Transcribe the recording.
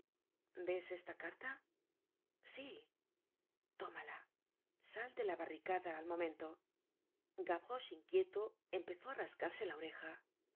ves esta carta sí tómala sal de la barricada al momento gavroche inquieto em pezó á rascarse la oreja